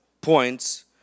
points